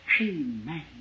Amen